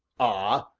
ah!